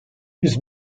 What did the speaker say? his